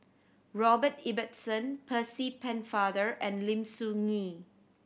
Robert Ibbetson Percy Pennefather and Lim Soo Ngee